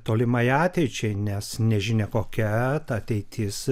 tolimai ateičiai nes nežinia kokia ta ateitis